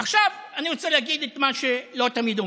עכשיו אני רוצה להגיד את מה שלא תמיד אומרים.